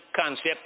concept